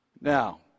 Now